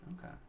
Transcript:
Okay